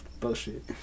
Bullshit